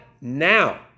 now